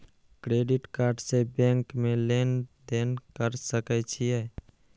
Credit card से bank में लेन देन कर सके छीये?